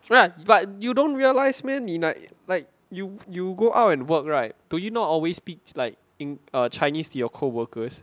right but you don't realize meh like you you go out and work right do you not always speak like in err chinese to your co-workers